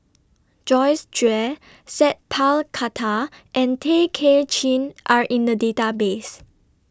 Joyce Jue Sat Pal Khattar and Tay Kay Chin Are in The Database